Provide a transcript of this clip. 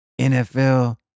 NFL